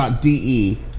.de